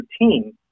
routine